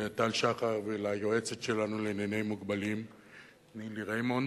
לטל שחר וליועצת שלנו לענייני מוגבלים נילי ריימונד.